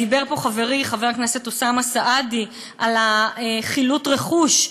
דיבר פה חברי חבר הכנסת אוסאמה סעדי על חילוט הרכוש,